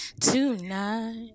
tonight